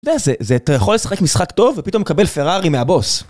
זה, זה... אתה יכול לשחק משחק טוב ופתאום לקבל פרארי מהבוס